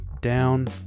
down